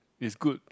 is good